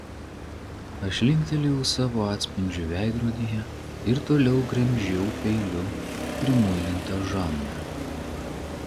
aš linktelėjau savo atspindžiui veidrodyje ir toliau gremžiau peiliu primuilintą žandą